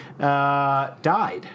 died